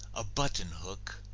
a button hook,